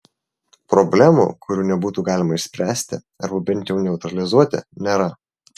problemų kurių nebūtų galima išspręsti arba bent jau neutralizuoti nėra